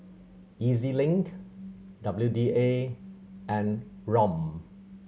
E Z Link W D A and ROM